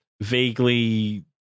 vaguely